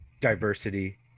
diversity